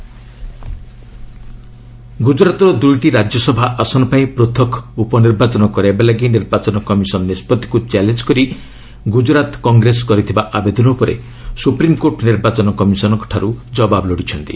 SC bypolls RS ଗୁଜରାତର ଦୁଇଟି ରାଜ୍ୟସଭା ଆସନ ପାଇଁ ପୃଥକ ଉପନିର୍ବାଚନ କରାଇବା ଲାଗି ନିର୍ବାଚନ କମିଶନ୍ ନିଷ୍ପଭିକୁ ଚ୍ୟାଲେଞ୍ଜ କରି ଗୁଜରାତ କଂଗ୍ରେସ କରିଥିବା ଆବେଦନ ଉପରେ ସୁପ୍ରିମ୍କୋର୍ଟ ନିର୍ବାଚନ କମିଶନଙ୍କଠାରୁ ଜବାବ ଲୋଡ଼ିଛନ୍ତି